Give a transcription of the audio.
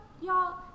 y'all